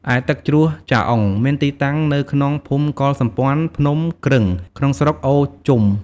ឯទឹកជ្រោះចាអ៊ុង មានទីតាំងនៅក្នុងភូមិកុលសម្ព័ន្ធភ្នំគ្រឹង ក្នុងស្រុកអូរជុំ។